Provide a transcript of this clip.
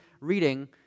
reading